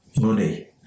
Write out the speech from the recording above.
money